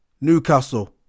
Newcastle